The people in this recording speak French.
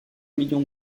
million